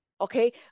okay